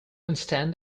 understand